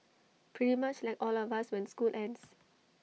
pretty much like all of us when school ends